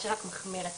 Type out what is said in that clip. מה שרק מחמיר את